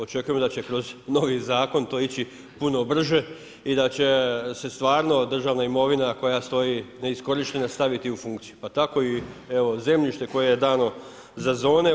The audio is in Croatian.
Očekujemo da će kroz novi zakon to ići puno brže i da će se stvarno državna imovina koja stoji neiskorištena staviti u funkciju, pa tako evo i zemljište koje je dano za zone.